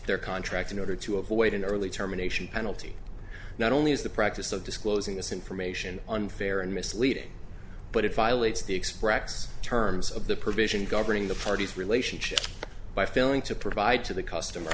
their contract in order to avoid an early termination penalty not only is the practice of disclosing this information unfair and misleading but if islets the express terms of the provision governing the parties relationship by failing to provide to the customer